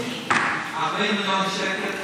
40 מיליון שקל,